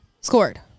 Scored